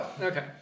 Okay